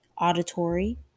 auditory